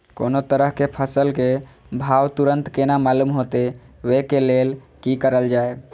कोनो तरह के फसल के भाव तुरंत केना मालूम होते, वे के लेल की करल जाय?